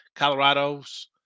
Colorado's